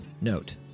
Note